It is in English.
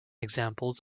examples